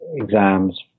exams